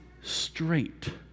straight